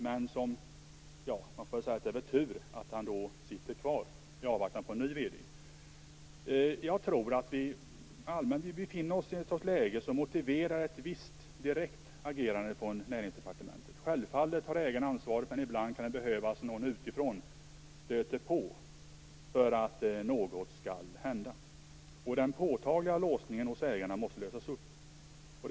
Men man får väl säga att det är tur att han sitter kvar i avvaktan på en ny vd. Jag tror att vi befinner oss i ett läge som motiverar ett visst direkt agerande från Näringsdepartementet. Självfallet har ägarna ansvaret, men ibland kan det behövas någon utifrån som stöter på för att något skall hända. Den påtagliga låsningen hos ägarna måste lösas upp.